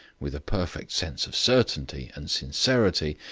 with a perfect sense of certainty and sincerity,